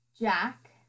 Jack